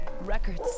Records